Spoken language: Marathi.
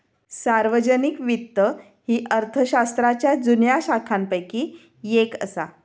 सार्वजनिक वित्त ही अर्थशास्त्राच्या जुन्या शाखांपैकी येक असा